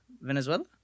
Venezuela